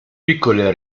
piccole